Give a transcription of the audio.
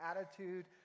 attitude